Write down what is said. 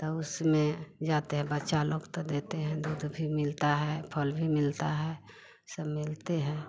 तो उसमें जाते हैं बच्चा लोग तो देते हैं दूध भी मिलता है फल भी मिलता है सब मिलते हैं